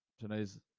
today's